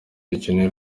dukeneye